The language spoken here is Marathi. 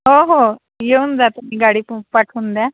हो हो येऊन जा तुम्ही गाडी तु पाठवून द्या